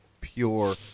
pure